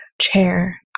chair